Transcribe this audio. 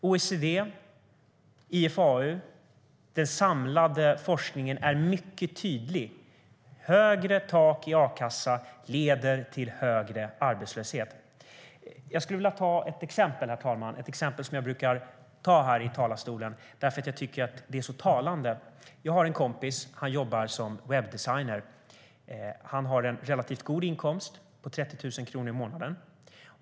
OECD och IFAU, den samlade forskningen, är mycket tydliga. Högre tak i a-kassa leder till högre arbetslöshet. Jag skulle vilja ta upp ett exempel, herr talman. Det är ett exempel som jag brukar ta upp här i talarstolen, för jag tycker att det är så talande. Jag har en kompis. Han jobbar som webbdesigner. Han har en relativt god inkomst, 30 000 kronor i månaden.